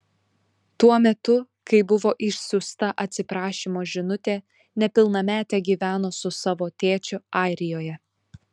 tuo metu kai buvo išsiųsta atsiprašymo žinutė nepilnametė gyveno su savo tėčiu airijoje